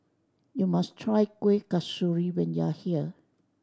you must try Kuih Kasturi when you are here